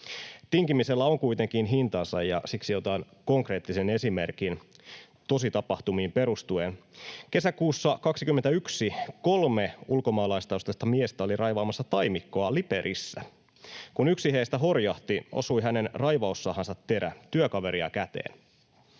Tinkimisellä on kuitenkin hintansa, ja siksi otan konkreettisen esimerkin tositapahtumiin perustuen. Kesäkuussa 21 kolme ulkomaalaistaustaista miestä oli raivaamassa taimikkoa Liperissä. Kun yksi heistä horjahti, osui hänen raivaussahansa terä työkaveria käteen.